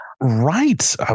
Right